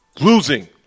Losing